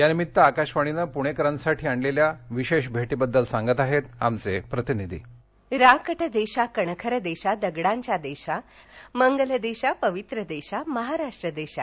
या निम्मित आकाशवाणीनं पुणेकरांसाठी आणलेल्या विशेष भेटीबद्दल सांगत आहेत आमचे प्रतिनिधी राकट देशा कणखर देशा दगडांच्या देशा मंगल देशा पवित्र देशा महाराष्ट्र देशा